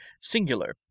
singular